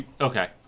Okay